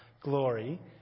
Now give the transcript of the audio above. glory